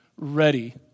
ready